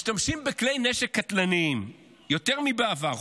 משתמשים בכלי נשק קטלניים יותר מבעבר,